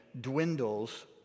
dwindles